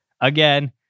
Again